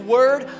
Word